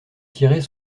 tirer